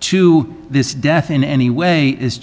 to this death in any way is